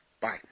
Bye